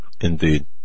indeed